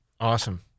Awesome